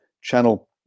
channel